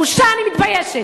בושה, אני מתביישת.